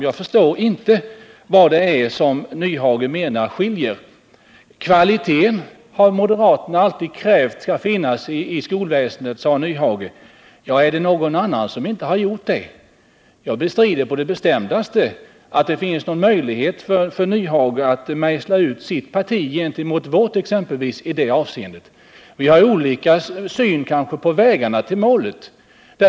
Jag förstår inte vad det är som Hans Nyhage menar skiljer utskott och reservanter åt. Moderaterna har alltid krävt kvalitet i skolväsendet, sade Hans Nyhage. Är det någon som inte har gjort det? Jag bestrider på det bestämdaste att det finns någon möjlighet för Hans Nyhage att i detta avseende mejsla ut sitt parti gentemot t.ex. centerpartiet. Men vi har kanske olika syn på vägarna till målet.